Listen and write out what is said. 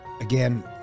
Again